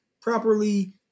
properly